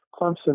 Clemson